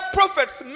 prophets